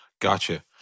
Gotcha